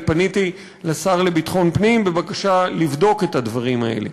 פניתי לשר לביטחון פנים בבקשה לבדוק את הדברים האלה.